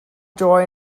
join